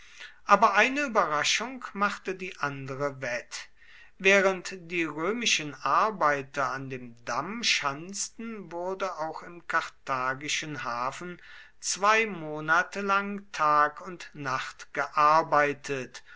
aber eine überraschung machte die andere wett während die römischen arbeiter an dem damm schanzten wurde auch im karthagischen hafen zwei monate lang tag und nacht gearbeitet